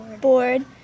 board